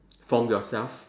from yourself